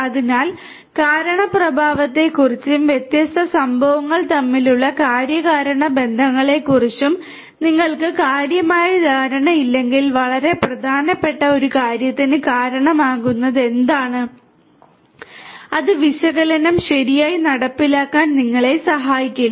അതിനാൽ കാരണം പ്രഭാവത്തെക്കുറിച്ചും വ്യത്യസ്ത സംഭവങ്ങൾ തമ്മിലുള്ള കാര്യകാരണ ബന്ധങ്ങളെക്കുറിച്ചും നിങ്ങൾക്ക് കാര്യമായ ധാരണ ഇല്ലെങ്കിൽ വളരെ പ്രധാനപ്പെട്ട ഒരു കാര്യത്തിന് കാരണമാകുന്നത് എന്താണ് അത് വിശകലനം ശരിയായി നടപ്പിലാക്കാൻ നിങ്ങളെ സഹായിക്കില്ല